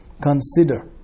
consider